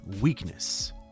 weakness